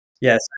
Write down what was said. Yes